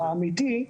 האמיתי,